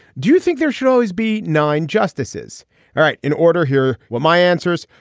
do you think there should always be nine justices all right in order here. well my answers.